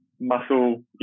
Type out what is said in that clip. muscle